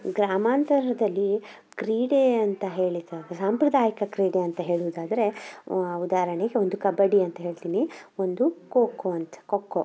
ಗ್ರಾಮಾಂತರದಲ್ಲೀ ಕ್ರೀಡೆ ಅಂತ ಹೇಳಿದಾಗ ಸಾಂಪ್ರದಾಯಿಕ ಕ್ರೀಡೆ ಅಂತ ಹೇಳುವುದಾದರೆ ಉದಾಹರ್ಣೆಗೆ ಒಂದು ಕಬಡ್ಡಿ ಅಂತ ಹೇಳ್ತೀನಿ ಒಂದು ಕೋಕೋ ಅಂತ ಕೊಕ್ಕೋ